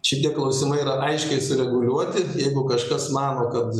šitie klausimai yra aiškiai sureguliuoti ir jeigu kažkas mano kad